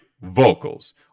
vocals